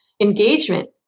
engagement